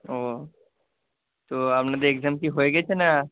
ও তো আপনাদের এক্সাম কি হয়ে গেছে না